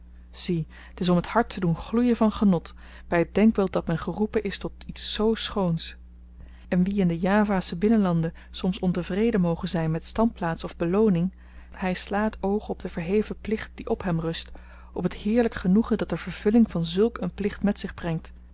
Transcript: zie t is om t hart te doen gloeien van genot by t denkbeeld dat men geroepen is tot iets z schoons en wie in de javasche binnenlanden soms ontevreden moge zyn met standplaats of belooning hy sla het oog op den verheven plicht die op hem rust op t heerlyk genoegen dat de vervulling van zulk een plicht met zich brengt